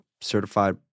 certified